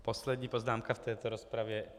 Poslední poznámka v této rozpravě.